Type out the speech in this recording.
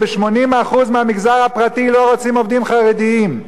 וב-80% מהמגזר הפרטי לא רוצים עובדים חרדים,